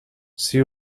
see